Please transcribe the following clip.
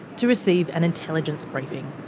to receive an intelligence briefing.